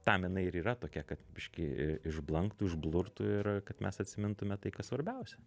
tam jinai ir yra tokia kad biški išblanktų išblurktų ir kad mes atsimintume tai kas svarbiausia